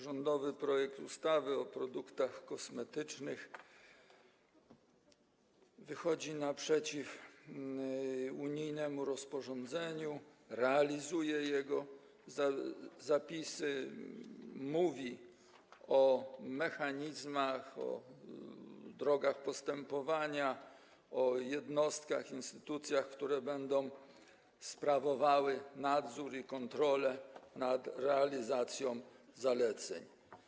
Rządowy projekt ustawy o produktach kosmetycznych wychodzi naprzeciw unijnemu rozporządzeniu, realizuje jego zapisy, mówi o mechanizmach, o drogach postępowania, o jednostkach, instytucjach, które będą sprawowały nadzór i kontrolę nad realizacją zaleceń.